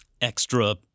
extra –